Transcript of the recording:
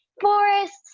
forests